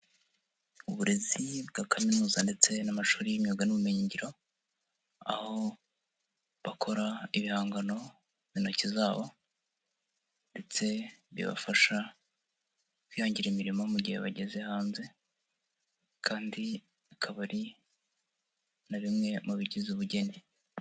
Uburezi bwa Kaminuza ndetse n'amashuri y'imyuga n'ubumenyingiro, aho bakora ibihangano n'intoki zabo ndetse bibafasha kwihangira imirimo mu gihe bageze hanze kandi akaba ari na bimwe mu bigize ubugeni.